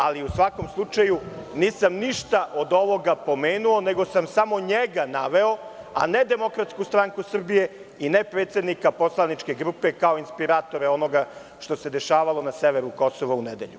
Ali, u svakom slučaju, nisam ništa od ovoga pomenuo, nego samo njega naveo, a ne DSS i ne predsednika poslaničke grupe, kao inspiratore onoga što se dešavalo na severu Kosova u nedelju.